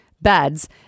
beds